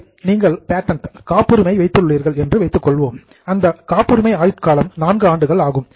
சரி நீங்கள் பேட்டண்ட் காப்புரிமை வாங்கியுள்ளீர்கள் என்று வைத்துக்கொள்வோம் அந்த காப்புரிமை ஆயுட்காலம் 4 ஆண்டுகள் ஆகும்